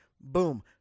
boom